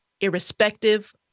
irrespective